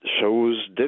shows